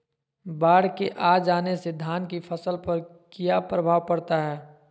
बाढ़ के आ जाने से धान की फसल पर किया प्रभाव पड़ता है?